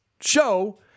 show